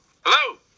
Hello